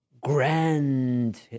grand